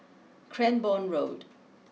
Cranborne Road